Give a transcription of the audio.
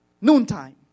noontime